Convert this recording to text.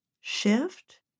shift